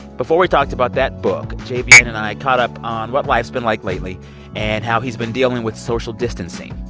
before we talked about that book, jvn yeah and and i caught up on what life's been like lately and how he's been dealing with social distancing,